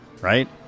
right